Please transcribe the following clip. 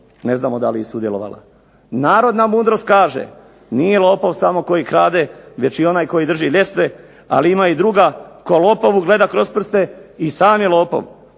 ne znamo da li i sudjelovala. Narodna mudrost kaže: "Nije lopov samo koji krade već i onaj koji drži ljestve.", ali ima i druga "Tko lopovu gleda kroz prste i sam je lopov."